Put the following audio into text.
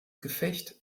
gefecht